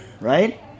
Right